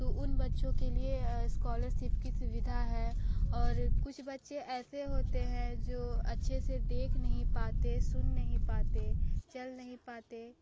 तो उन बच्चों के लिए स्कॉलरशिप की सुविधा है और कुछ बच्चे ऐसे होते हैं जो अच्छे से देख नहीं पाते सुन नहीं पाते चल नहीं पाते